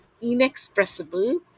inexpressible